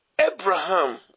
Abraham